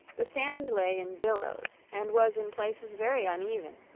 the sand lay in billows, and was in places very uneven,